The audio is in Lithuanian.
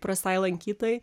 įprastai lankytojai